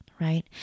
right